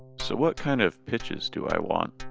so what kind of pitches do i want?